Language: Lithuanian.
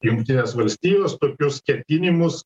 jungtinės valstijos tokius ketinimus